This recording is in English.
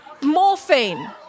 Morphine